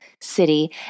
city